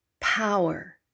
power